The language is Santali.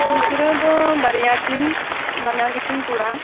ᱜᱤᱫᱽᱨᱟᱹ ᱫᱚ ᱵᱟᱨᱭᱟ ᱛᱤᱧ ᱵᱟᱱᱟᱨ ᱜᱮᱛᱤᱧ ᱠᱚᱲᱟ